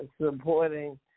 supporting